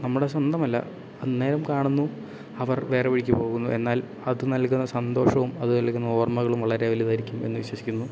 നമ്മുടെ സ്വന്തമല്ല അന്നേരം കാണുന്നു അവർ വേറെ വഴിക്ക് പോകുന്നു എന്നാൽ അത് നൽകുന്ന സന്തോഷോവും അത് നൽകുന്ന ഓർമ്മകളും വളരെ വലുതായിരിക്കും എന്ന് വിശ്വസിക്കുന്നു